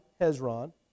Hezron